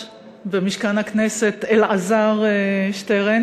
מאלעזר שטרן